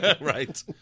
Right